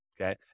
okay